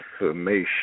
information